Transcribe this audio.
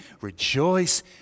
rejoice